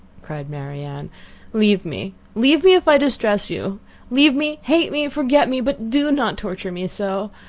cried marianne leave me, leave me, if i distress you leave me, hate me, forget me! but do not torture me so.